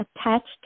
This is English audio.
attached